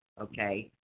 okay